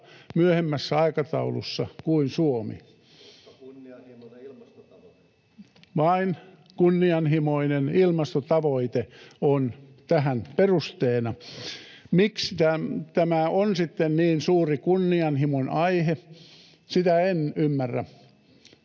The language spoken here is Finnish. ilmastotavoite!] — Vain kunnianhimoinen ilmastotavoite on tähän perusteena. — Miksi tämä on sitten niin suuri kunnianhimon aihe? Sitä en ymmärrä.